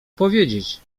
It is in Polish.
powiedzieć